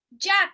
Jack